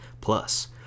Plus